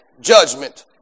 judgment